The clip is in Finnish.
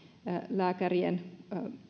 lääkärien